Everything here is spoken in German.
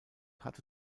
hatte